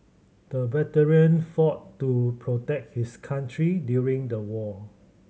the veteran fought to protect his country during the war